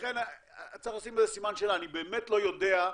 ולכן צריך לשים כאן סימן שאלה, אני באמת לא יודע,